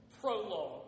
prologue